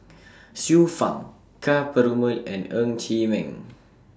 Xiu Fang Ka Perumal and Ng Chee Meng